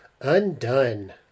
undone